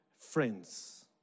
friends